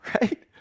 right